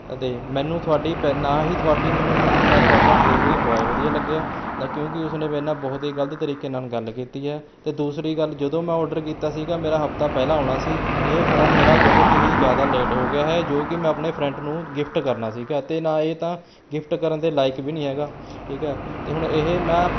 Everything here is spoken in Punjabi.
ਅਤੇ ਮੈਨੂੰ ਤੁਹਾਡੀ ਪਹਿਲ ਨਾ ਹੀ ਤੁਹਾਡੀ ਮੈਨੂੰ ਮੈਨੂੰ ਤੁਹਾਡਾ ਡਿਲੀਵਰੀ ਬੋਏ ਵਧੀਆ ਲੱਗਿਆ ਨਾ ਕਿਉਂਕਿ ਉਸਨੇ ਮੇਰੇ ਨਾਲ ਬਹੁਤ ਹੀ ਗਲਤ ਤਰੀਕੇ ਨਾਲ ਗੱਲ ਕੀਤੀ ਹੈ ਅਤੇ ਦੂਸਰੀ ਗੱਲ ਜਦੋਂ ਮੈਂ ਔਡਰ ਕੀਤਾ ਸੀ ਮੇਰਾ ਹਫ਼ਤਾ ਪਹਿਲਾਂ ਆਉਣਾ ਸੀ ਇਹ ਫ਼ੋਨ ਮੇਰਾ ਬਹੁਤ ਹੀ ਜ਼ਿਆਦਾ ਲੇਟ ਹੋ ਗਿਆ ਹੈ ਜੋ ਕਿ ਮੈਂ ਆਪਣੇ ਫਰੈਂਡ ਨੂੰ ਗਿਫ਼ਟ ਕਰਨਾ ਸੀ ਅਤੇ ਨਾ ਇਹ ਤਾਂ ਗਿਫਟ ਕਰਨ ਦੇ ਲਾਇਕ ਵੀ ਨਹੀਂ ਹੈਗਾ ਠੀਕ ਹੈ ਅਤੇ ਹੁਣ ਇਹ ਮੈਂ